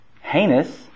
heinous